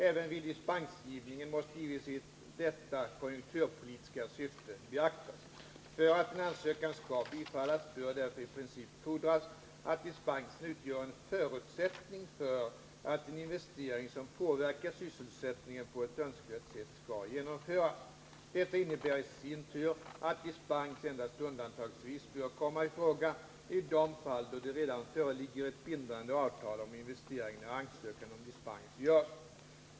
Även vid dispensgivningen måste givetvis detta konjunkturpolitiska syfte beaktas. För att en ansökan skall bifallas bör därför i princip fordras att dispensen utgör en förutsättning för att en investering, som påverkar sysselsättningen på önskvärt sätt, skall genomföras. Detta innebär i sin tur att dispens endast undantagsvis bör komma i fråga i de fall då det redan föreligger ett bindande avtal om investeringen när ansökan om dispens görs.